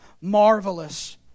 marvelous